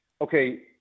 okay